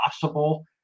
possible